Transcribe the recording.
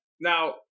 Now